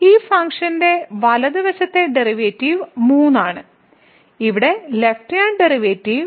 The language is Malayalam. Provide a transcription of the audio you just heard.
ഈ ഫംഗ്ഷന്റെ വലതുവശത്തെ ഡെറിവേറ്റീവ് 3 ആണ് ഇവിടെ ലെഫ്റ്റ് ഹാൻഡ് ഡെറിവേറ്റീവ്